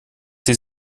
sie